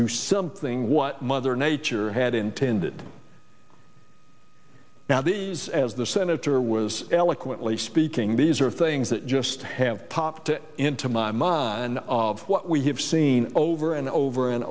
to something what mother nature had intended now these as the senator was eloquently speaking these are things that just have popped it into my mind of what we have seen over and over and